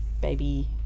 baby